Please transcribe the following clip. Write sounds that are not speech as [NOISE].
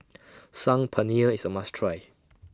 [NOISE] Saag Paneer IS A must Try [NOISE]